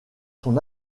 son